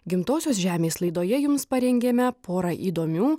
gimtosios žemės laidoje jums parengėme porą įdomių